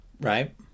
right